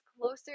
closer